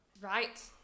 Right